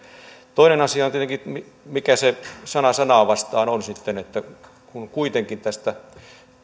toinen asia on tietenkin se mikä se sana sanaa vastaan on sitten kun kuitenkin tästä